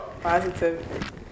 positive